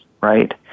right